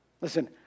Listen